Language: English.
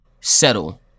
settle